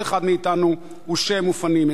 כל אחד מאתנו הוא שם ופנים,